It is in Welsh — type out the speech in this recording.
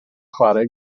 chwarae